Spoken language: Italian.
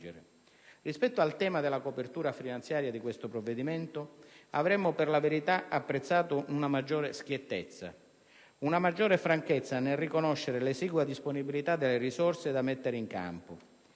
Rispetto al tema della copertura finanziaria di questo provvedimento, avremmo per la verità apprezzato una maggiore franchezza nel riconoscere l'esigua disponibilità delle risorse da mettere in campo.